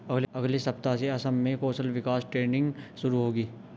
अगले सप्ताह से असम में कौशल विकास ट्रेनिंग शुरू होगी